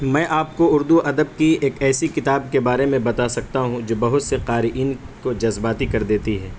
میں آپ کو اردو ادب کی ایک ایسی کتاب کے بارے میں بتا سکتا ہوں جو بہت سے قارئین کو جذباتی کر دیتی ہے